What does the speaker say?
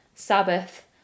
sabbath